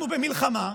אנחנו במלחמה,